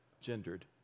gendered